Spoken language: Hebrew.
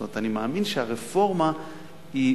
זאת אומרת: אני מאמין שהרפורמה היא,